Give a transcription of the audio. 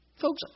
Folks